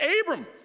Abram